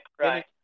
Right